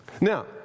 Now